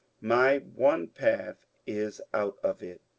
my one path is out of it.